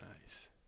Nice